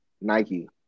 Nike